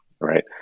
Right